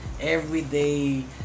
everyday